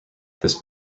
this